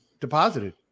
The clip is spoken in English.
deposited